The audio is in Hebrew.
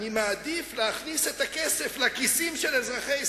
אני מודאג מהיקף הגירעון.